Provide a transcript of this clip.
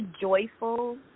joyful